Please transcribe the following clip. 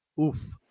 Oof